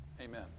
Amen